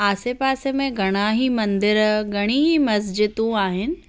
आसे पासे में घणा ई मंदर घणी ई मस्जिदूं आहिनि